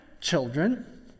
children